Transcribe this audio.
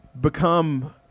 become